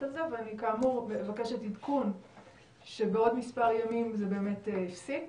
את זה וכאמור אני מבקשת עדכון שבעוד מספר ימים זה באמת הפסיק.